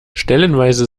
stellenweise